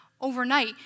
overnight